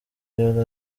yari